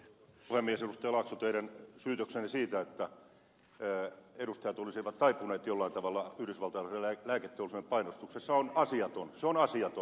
laakso teidän syytöksenne siitä että edustajat olisivat taipuneet jollain tavalla yhdysvaltalaisen lääketeollisuuden painostuksessa on asiaton se on asiaton